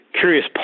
curious